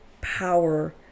power